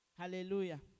Hallelujah